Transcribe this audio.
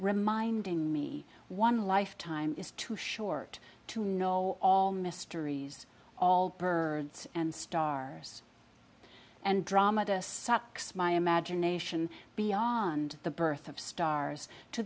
reminding me one life time is too short to know all mysteries all birds and stars andromeda sucks my imagination beyond the birth of stars to